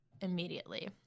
immediately